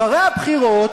אחרי הבחירות,